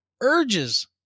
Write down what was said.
urges